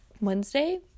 Wednesday